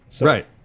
Right